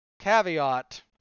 Caveat